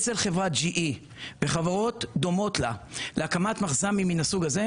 אצל חברת GE וחברות דומות לה להקמת מחז"מים מן הסוג הזה,